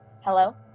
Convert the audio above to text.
Hello